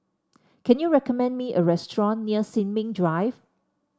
can you recommend me a restaurant near Sin Ming Drive